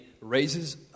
raises